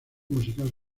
musical